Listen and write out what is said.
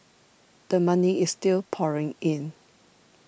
the money is still pouring in